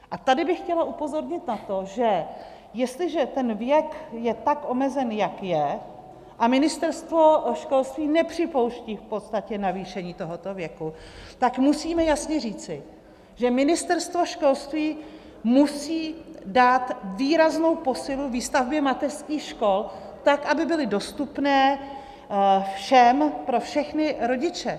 A tady bych chtěla upozornit na to, že jestliže ten věk je tak omezený, jak je, a Ministerstvo školství nepřipouští v podstatě navýšení tohoto věku, tak musíme jasně říci, že Ministerstvo školství musí dát výraznou posilu výstavbě mateřských škol, tak aby byly dostupné všem, pro všechny rodiče.